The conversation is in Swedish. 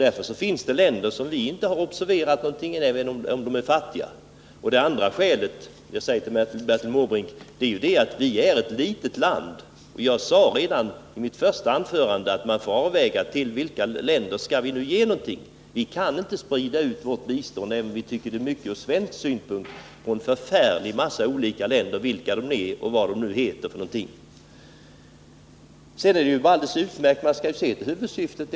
Därför finns det länder som vi inte observerat, även om de är fattiga. Dessutom är vi, Bertil Måbrink, ett litet land. Jag sade redan i mitt första anförande att det blir fråga om en avvägning när det gäller valet av mottagarländer. Vi kan inte sprida ut vårt bistånd på en förfärlig massa länder — vilka de nu är och vad de heter. Sedan är det naturligtvis viktigt att man skall se till huvudsyftet.